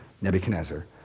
Nebuchadnezzar